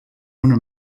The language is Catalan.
una